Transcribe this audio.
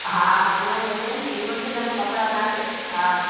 हा हा सुञाणमि हुते आहिनि ॾिए वठिजा बि कपिड़ा तव्हांखे हा